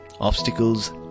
Obstacles